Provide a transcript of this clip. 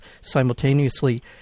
Simultaneously